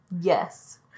Yes